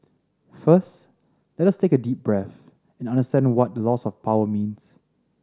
first let us take a deep breath and understand what the loss of power means